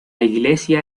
iglesia